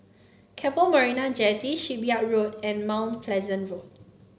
Keppel Marina Jetty Shipyard Road and Mount Pleasant Road